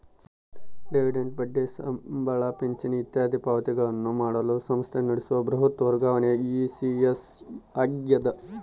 dividend ಬಡ್ಡಿ ಸಂಬಳ ಪಿಂಚಣಿ ಇತ್ಯಾದಿ ಪಾವತಿಗಳನ್ನು ಮಾಡಲು ಸಂಸ್ಥೆ ನಡೆಸುವ ಬೃಹತ್ ವರ್ಗಾವಣೆ ಇ.ಸಿ.ಎಸ್ ಆಗ್ಯದ